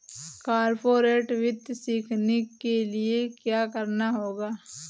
corporate वित्त सीखने के लिया क्या करना होगा